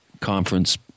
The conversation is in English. conference